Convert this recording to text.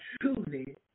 truly